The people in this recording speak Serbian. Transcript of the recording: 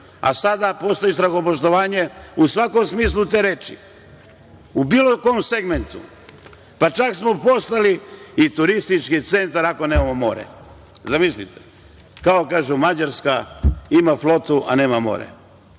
a sada postoji strahopoštovanje u svakom smislu te reči, u bilo kom segmentu. Čak smo postali i turistički centar, iako nemamo more. Zamislite! Znate kako kažu – Mađarska ima flotu a nema